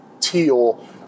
teal